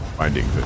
finding